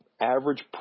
average